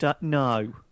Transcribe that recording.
no